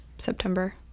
September